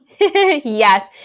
Yes